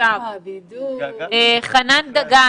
חנן דגן,